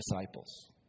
disciples